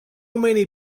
many